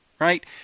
right